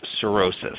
cirrhosis